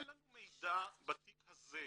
אין לנו מידע בתיק הזה,